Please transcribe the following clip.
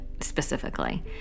specifically